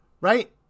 right